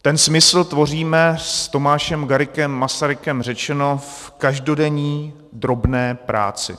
Ten smysl tvoříme, s Tomášem Garriguem Masarykem řečeno, v každodenní drobné práci.